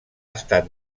estat